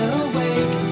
awake